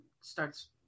starts